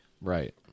right